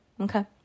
Okay